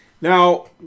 Now